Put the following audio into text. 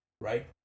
Right